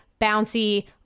bouncy